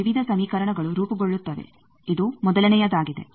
ವಿವಿಧ ಸಮೀಕರಣಗಳು ರೂಪುಗೊಳ್ಳುತ್ತವೆ ಇದು ಮೊದಲನೆಯದಾಗಿದೆ